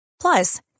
plus